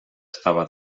estava